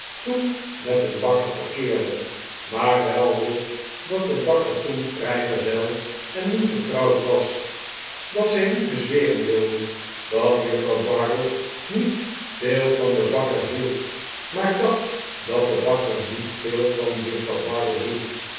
toen met een bakker verkeerde maar wel wist dat de bakker toen vrijgezel en nu getrouwd was dat zij niet bezweren wilde dat juffrouw bardell niet veel van den bakker hield maar dacht dat de bakker niet veel van juffrouw bardell hield